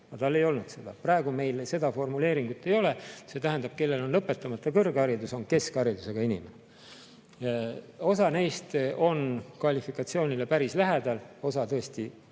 Aga tal ei olnud seda. Praegu meil seda formuleeringut ei ole. See tähendab, et see, kellel on lõpetamata kõrgharidus, on keskharidusega inimene. Osa neist on kvalifikatsioonile päris lähedal, osa on tõesti kaugel.